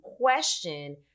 question